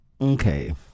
okay